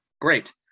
Great